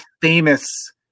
famous